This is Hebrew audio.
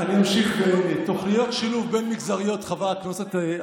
אל תשכח את,